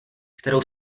kterou